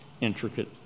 Intricate